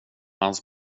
hans